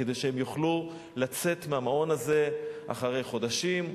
כדי שהן יוכלו לצאת מהמעון הזה אחרי חודשים,